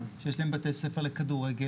שיש להם בתי ספר לכדורגל,